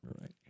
right